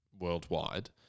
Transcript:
worldwide